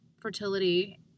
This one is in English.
fertility